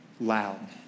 loud